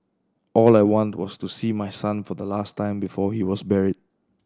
all I wanted was to see my son for the last time before he was buried